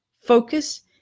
Focus